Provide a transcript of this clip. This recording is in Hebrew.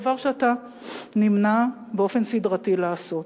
דבר שאתה נמנע באופן סדרתי מלעשות.